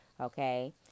Okay